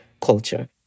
culture